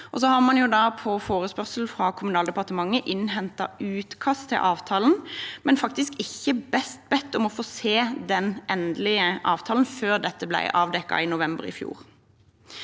På forespørsel fra Kommunaldepartementet har man innhentet utkast til avtalen, men man har faktisk ikke bedt om å få se den endelige avtalen før dette ble avdekket i november i fjor.